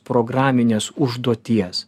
programinės užduoties